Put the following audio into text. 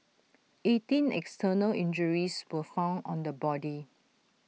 eighteen external injuries were found on the body